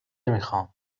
میخوام